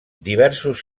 diversos